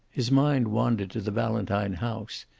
his mind wandered to the valentine house,